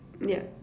yup